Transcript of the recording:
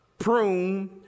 prune